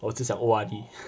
我只想 O_R_D